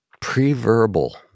pre-verbal